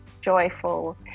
joyful